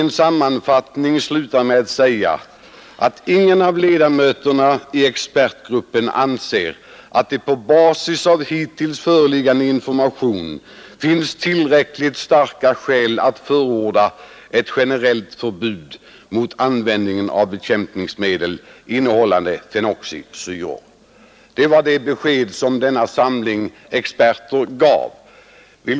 I sammanfattningen sägs: ”Ingen av ledamöterna i expertgruppen anser att det på basen av hitintills föreliggande information finns tillräckligt starka skäl att förorda ett generellt förbud mot användning av bekämpningsmedel innehållande fenoxisyror.” Det var detta besked som denna samling experter gav.